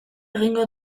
egingo